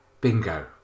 bingo